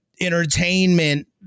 entertainment